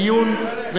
זהו?